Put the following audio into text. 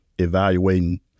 evaluating